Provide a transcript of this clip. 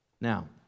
Now